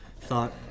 thought